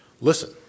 Listen